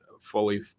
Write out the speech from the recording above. fully